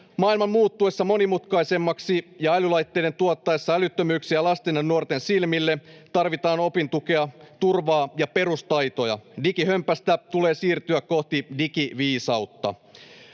Maailman muuttuessa monimutkaisemmaksi ja älylaitteiden tuottaessa älyttömyyksiä lasten ja nuorten silmille tarvitaan opintukea, turvaa ja perustaitoja. Digihömpästä tulee siirtyä kohti digiviisautta.